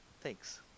Thanks